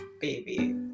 baby